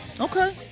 Okay